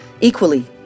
Equally